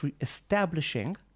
establishing